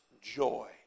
joy